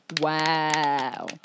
wow